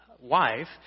wife